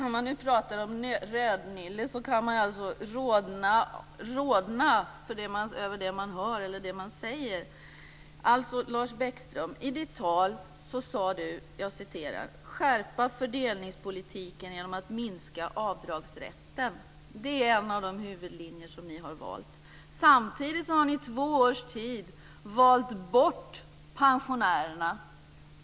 Fru talman! På tal om rödnylle kan man rodna över det som sägs. Lars Bäckström talade tidigare i dag om att skärpa fördelningspolitiken genom att minska avdragsrätten. Det är en av de huvudlinjer som ni har valt. Samtidigt har ni under två års tid valt bort pensionärerna.